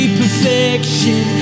perfection